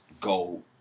go